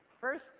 First